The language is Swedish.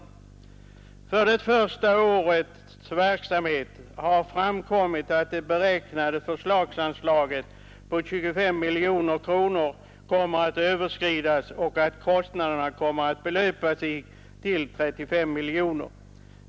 Från det första årets verksamhet har framkommit att det beräknade förslagsanslaget på 25 miljoner kronor kommer att överskridas och att kostnaderna kommer att belöpa sig till 35 miljoner kronor.